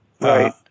Right